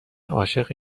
عاشق